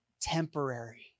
temporary